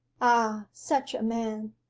ah, such a man!